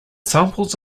samples